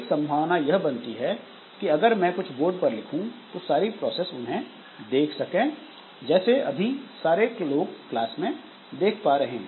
एक संभावना यह बनती है कि अगर मैं कुछ बोर्ड पर लिखूं तो सारी प्रोसेस उन्हें देख सकें जैसे अभी सारे लोग क्लास में देख पा रहे हैं